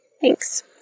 Thanks